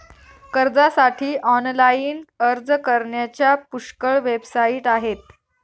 कर्जासाठी ऑनलाइन अर्ज करण्याच्या पुष्कळ वेबसाइट आहेत